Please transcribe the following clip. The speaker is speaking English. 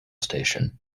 station